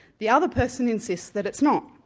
the other person insists that it's not.